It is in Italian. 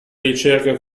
ricerca